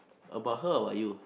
about her or about you